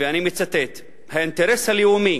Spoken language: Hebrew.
אני מצטט: האינטרס הלאומי